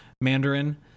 Mandarin